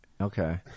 Okay